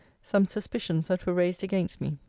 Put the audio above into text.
some suspicions that were raised against me.